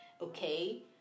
Okay